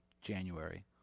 January